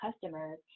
customers